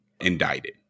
indicted